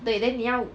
对 then 你要